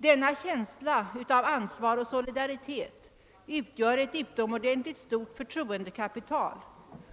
Denna känsla av ansvar och solidaritet utgör ett utomordentligt stort förtroendekapital,